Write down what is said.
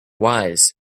wise